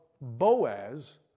Boaz